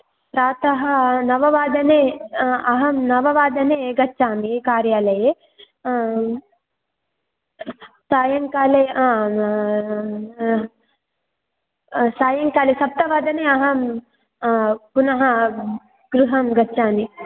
प्रातः नववादने अहं नववादने गच्छामि कार्यालये आम् सायङ्काले सायङ्काले सप्तवादने अहं पुनः गृहं गच्छामि